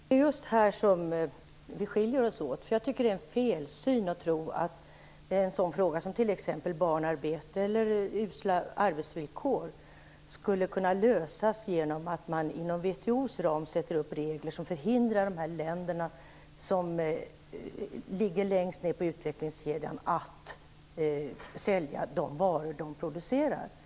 Herr talman! Det är just på den punkten vi skiljer oss åt. Jag tycker det är en felsyn att tro att frågor som barnarbete eller usla arbetsvillkor skulle kunna åtgärdas genom att man inom WTO:s ram sätter upp regler som förhindrar de länder som ligger längst ned på utvecklingsskalan att sälja de varor som de producerar.